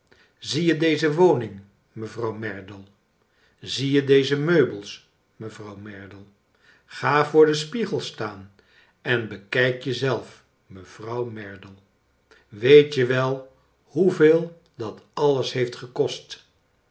zie je deze woning mevrouw merdle zie je deze meubels mevrouw merdle ga voor den spiegel staan en bekijk je zelf mevrouw merdle weet je wel hoeveel dat alles heeft gekost